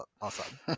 awesome